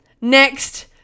Next